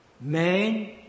man